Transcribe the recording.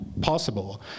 possible